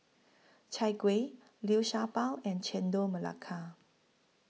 Chai Kueh Liu Sha Bao and Chendol Melaka